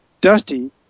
Dusty